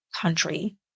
country